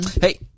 Hey